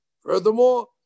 Furthermore